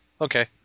Okay